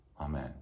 Amen